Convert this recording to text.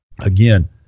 again –